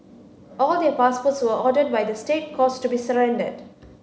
all their passports were ordered by the State Courts to be surrendered